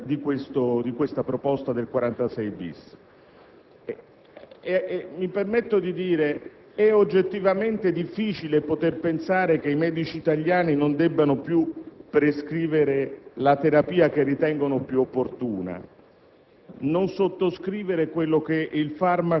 repentaglio da questa norma. Mi permetto di dire che è oggettivamente difficile poter pensare che i medici italiani non debbano più prescrivere la terapia che ritengono più opportuna,